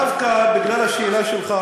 דווקא בגלל השאלה שלך,